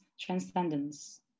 transcendence